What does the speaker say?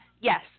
Yes